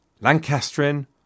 Lancastrian